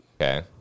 Okay